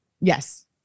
yes